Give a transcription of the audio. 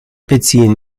beziehen